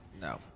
No